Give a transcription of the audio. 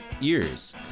ears